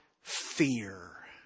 Fear